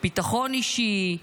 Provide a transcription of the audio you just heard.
ביטחון אישי,